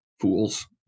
Fools